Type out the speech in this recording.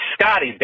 Scotty